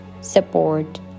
support